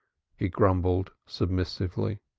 he grumbled, submissively.